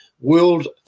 World